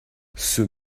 ceux